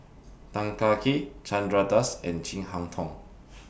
Tan Kah Kee Chandra Das and Chin Harn Tong